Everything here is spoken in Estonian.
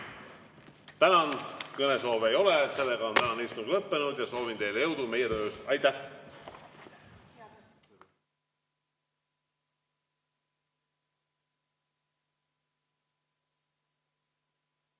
Tänan! Kõnesoove ei ole, seega on tänane istung lõppenud. Soovin teile jõudu meie töös. Aitäh!